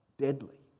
deadly